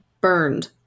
burned